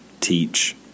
teach